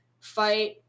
fight